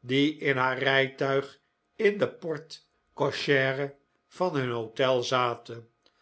die in haar rijtuig in de porte cochere van hun hotel zaten